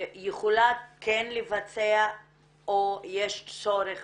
יכולה כן לבצע או יש צורך